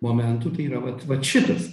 momentų tai yra vat vat šitas